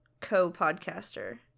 Co-podcaster